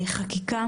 בחקיקה.